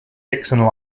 dixon